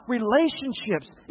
Relationships